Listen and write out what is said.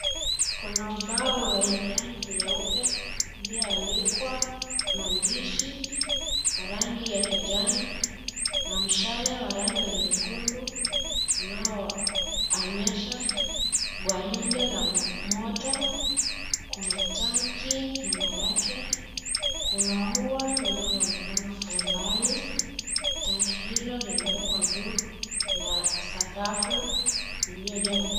Kuna ubao wenye rangi nyeupe iliyoandikwa maandishi kwa rangi ya kijani na mshale wa rangi ya nyekundu unaonyesha gwaride la moto. Kuna tanki nyuma yake, kuna ua linaloonekana kwa umbali tanki hilo limewekwa juu ya sakafu iliyojengwa kwa,,,